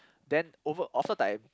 then over time